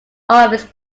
office